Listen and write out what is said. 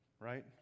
right